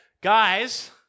guys